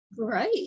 right